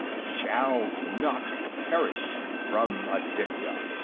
shall not perish from aditya.